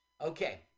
Okay